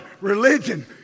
religion